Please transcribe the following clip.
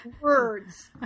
words